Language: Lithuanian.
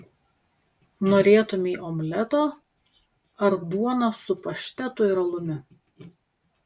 norėtumei omleto ar duonos su paštetu ir alumi